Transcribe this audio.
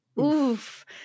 Oof